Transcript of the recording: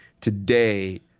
today